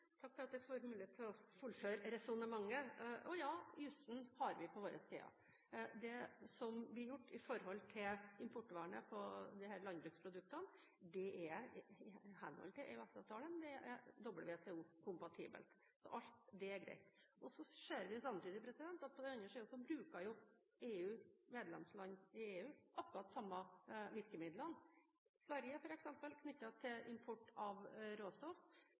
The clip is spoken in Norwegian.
Takk for at jeg får mulighet til å fullføre resonnementet. Ja, jussen har vi på vår side. Det som blir gjort når det gjelder importvernet på disse landbruksproduktene, er i henhold til EØS-avtalen, og det er WTO-kompatibelt. Så alt det er greit. Så ser vi samtidig at på den andre siden bruker jo medlemsland i EU, Sverige, f.eks., akkurat de samme virkemidlene knyttet til import av råstoff.